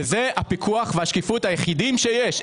וזה הפיקוח והשקיפות היחידים שיש.